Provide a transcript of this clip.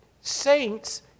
Saints